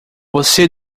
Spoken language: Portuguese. você